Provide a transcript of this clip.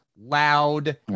loud